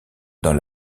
dans